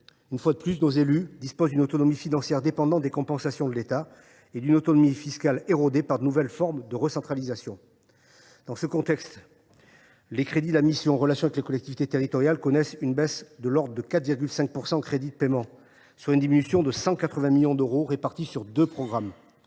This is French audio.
Une fois de plus, nos élus disposent d’une autonomie financière dépendante des compensations de l’État et d’une autonomie fiscale érodée par de nouvelles formes de recentralisation. Dans ce contexte, les crédits de la mission « Relations avec les collectivités territoriales » connaissent une baisse de 4,5 % en crédits de paiement (CP), soit une diminution de 180 millions d’euros répartie sur deux programmes.